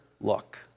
look